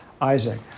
Isaac